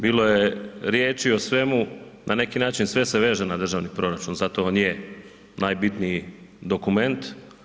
Bilo je riječi o svemu, na neki način sve se veže na državni proračun zato on je najbitniji dokument.